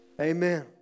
Amen